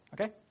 okay